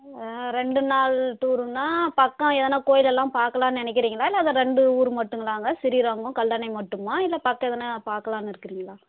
ரெண்டு நாள் டூரூன்னா பக்கம் ஏதனா கோவில் எல்லாம் பார்க்கலானு நினைக்கிறிங்களா இல்லை அந்த ரெண்டு ஊர் மட்டும்களாங்க ஸ்ரீரங்கம் கல்லணை மட்டுமா இல்லை பக்கம் ஏதனா பார்க்கலானு இருக்கிருங்களா